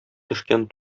төшкән